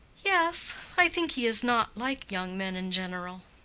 yes. i think he is not like young men in general.